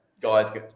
guys